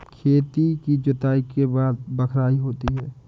खेती की जुताई के बाद बख्राई होती हैं?